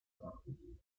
abgegeben